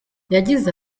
yagize